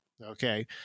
okay